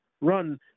run